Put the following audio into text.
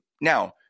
now